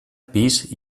pis